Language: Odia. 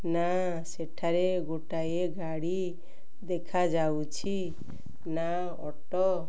ନା ସେଠାରେ ଗୋଟାଏ ଗାଡ଼ି ଦେଖାଯାଉଛି ନା ଅଟୋ